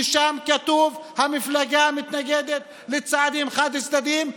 ושם כתוב: המפלגה מתנגדת לצעדים חד-צדדיים.